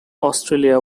australia